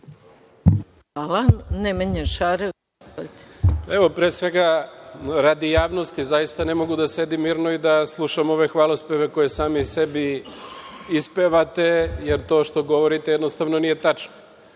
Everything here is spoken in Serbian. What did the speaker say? **Nemanja Šarović** Evo, pre svega radi javnosti, zaista ne mogu da sedim mirno i da slušam ove hvalospeve koje sami sebi ispevate, jer to što govorite jednostavno nije tačno. Mi